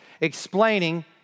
explaining